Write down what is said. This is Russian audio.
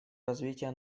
развития